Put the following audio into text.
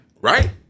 Right